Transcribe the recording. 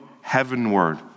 heavenward